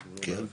כן.